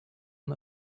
him